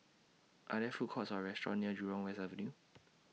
Are There Food Courts Or restaurants near Jurong West Avenue